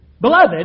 Beloved